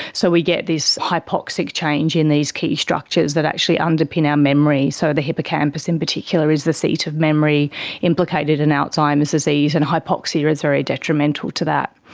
so we get this hypoxic change in these key structures that actually underpin our memory, so the hippocampus in particular is the seat of memory implicated in alzheimer's disease, and hypoxaemia is very detrimental to that.